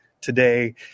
today